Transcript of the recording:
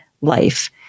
life